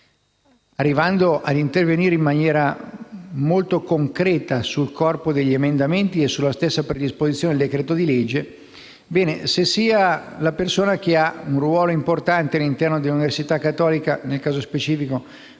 arrivando ad intervenire in maniera molto concreta sul corpo degli emendamenti e sulla stessa predisposizione del decreto-legge, sia la persona che ha un ruolo importante all'interno dell'università Cattolica, nel ruolo specifico